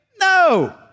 No